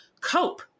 cope